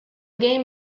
game